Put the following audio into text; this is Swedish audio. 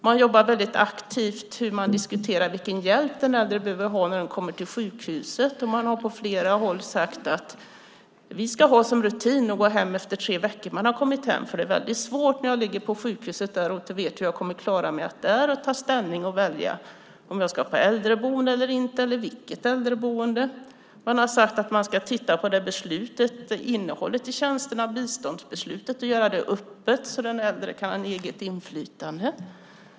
Man jobbar väldigt aktivt med hur man diskuterar vilken hjälp den äldre behöver ha när han eller hon kommer till sjukhuset, och man har på flera håll sagt att man ska ha som rutin att gå hem efter tre veckor när någon har kommit hem, för det är väldigt svårt för någon som ligger på sjukhus och inte vet hur han eller hon kommer att klara sig att där ta ställning och välja om han eller hon ska på äldreboende eller inte och vilket äldreboende i så fall. Man har sagt att man ska titta på biståndsbeslutet och innehållet i tjänsterna och göra det öppet så att den äldre kan ha eget inflytande.